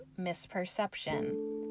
misperception